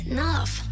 Enough